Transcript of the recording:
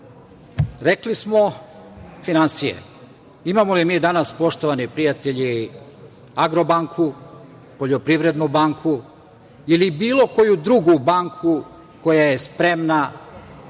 smo – finansije. Imamo li mi danas, poštovani prijatelji, „Agrobanku“, poljoprivrednu banku ili bilo koju drugu banku koja je spremna